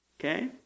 okay